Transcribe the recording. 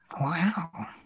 Wow